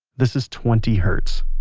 this is twenty hertz.